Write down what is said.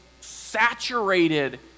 saturated